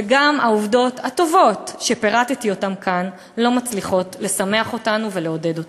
וגם העובדות הטובות שפירטתי כאן לא מצליחות לשמח אותנו ולעודד אותנו.